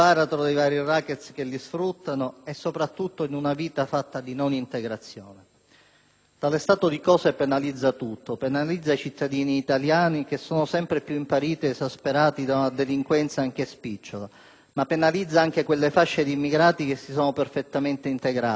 Tale stato di cose penalizza tutto: penalizza i cittadini italiani, sempre più impauriti e esasperati da una delinquenza anche spicciola, ma penalizza anche quelle fasce di immigrati che si sono perfettamente integrati, che lavorano, che sono utili al Paese e che cercano di avere una vita decorosa ed onesta.